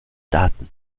daten